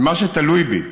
מה שתלוי בי,